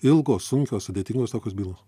ilgos sunkios sudėtingos tokios bylos